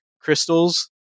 crystals